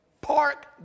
Park